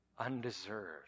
undeserved